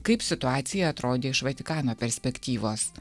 kaip situacija atrodė iš vatikano perspektyvos